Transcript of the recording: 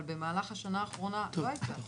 אבל במהלך השנה האחרונה לא הייתה.